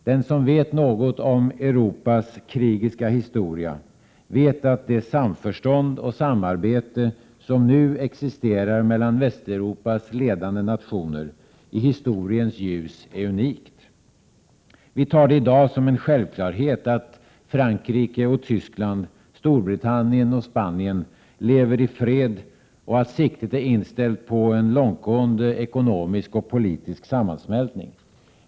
Den som vet något om Europas krigiska historia vet att det samförstånd och det samarbete som nu existerar mellan Västeuropas ledande nationer är unikt i historiens ljus. Vi tar det i dag som en självklarhet att Frankrike och Tyskland, Storbritannien och Spanien lever i fred, och att siktet är inställt på en långtgående ekonomisk och politisk sammansmältning.